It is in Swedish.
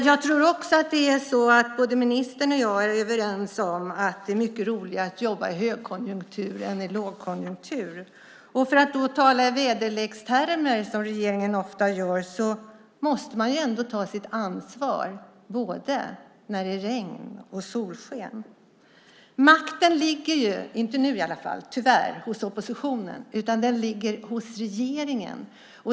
Jag tror att ministern och jag är överens om att det är mycket roligare att jobba i högkonjunktur än i lågkonjunktur. För att tala i väderlekstermer, som regeringen ofta gör, måste man ta sitt ansvar både när det är regn och när det är solsken. Makten ligger tyvärr inte hos oss nu. Vi är i opposition. Makten ligger hos regeringen.